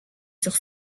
sur